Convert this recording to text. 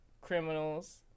criminals